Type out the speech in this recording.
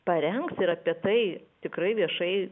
parengs ir apie tai tikrai viešai